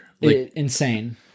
insane